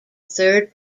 third